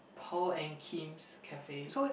Paul and Kim's cafe